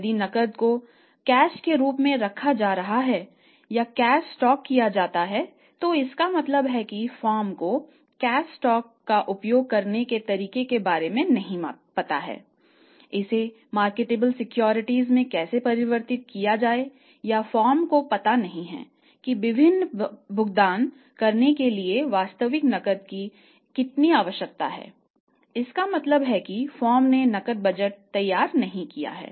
यदि नकद को नकद के रूप में रखा जाता है या कैश स्टॉक किया जाता है तो इसका मतलब है कि फर्म को कैश स्टॉक का उपयोग करने के तरीके के बारे में पता नहीं है इसे मार्केटेबल सिक्योरिटीज तैयार नहीं किया है